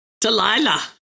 delilah